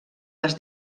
les